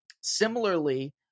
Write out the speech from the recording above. Similarly